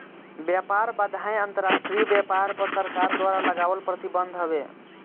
व्यापार बाधाएँ अंतरराष्ट्रीय व्यापार पअ सरकार द्वारा लगावल प्रतिबंध हवे